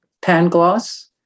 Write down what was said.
Pangloss